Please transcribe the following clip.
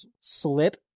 slip